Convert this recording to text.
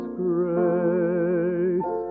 grace